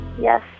Yes